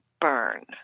burn